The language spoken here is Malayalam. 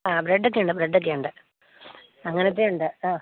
ആ ബ്രെഡ് ഒക്കെ ഉണ്ട് ബ്രെഡ് ഒക്കെ ഉണ്ട് അങ്ങനത്തെ ഉണ്ട് ആ ആ